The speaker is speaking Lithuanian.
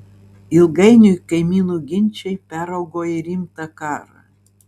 ilgainiui kaimynų ginčai peraugo į rimtą karą